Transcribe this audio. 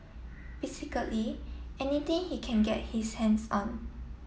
basically anything he can get his hands on